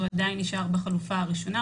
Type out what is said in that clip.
הוא עדיין נשאר בחלופה הראשונה.